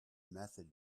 method